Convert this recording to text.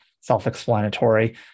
self-explanatory